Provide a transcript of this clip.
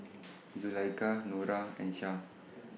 Zulaikha Nura and Shah